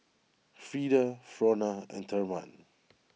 Freeda Frona and therman